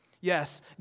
Yes